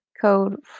code